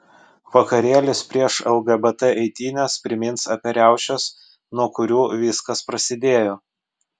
vakarėlis prieš lgbt eitynes primins apie riaušes nuo kurių viskas prasidėjo